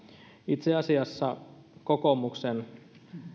itse asiassa kokoomuksen